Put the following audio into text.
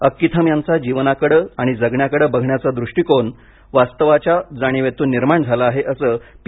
अक्कीथम यांचा जीवनाकडे आणि जगाकडे बघण्याचा दृष्टीकोन वास्तवाच्या जाणीवेतून निर्माण झालेला आहे असं पी